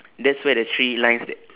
that's where the three lines that